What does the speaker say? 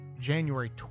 January